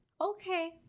Okay